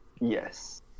Yes